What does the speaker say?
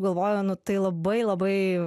galvoju nu tai labai labai